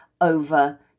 over